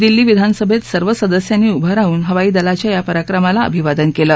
दिल्ली विधान सभेत सर्व सदस्यांनी उभं राहून हवाई दलाच्या या पराक्रमाला अभिवादन केलं